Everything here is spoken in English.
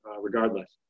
regardless